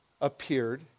appeared